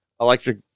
Electric